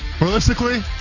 Realistically